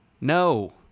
no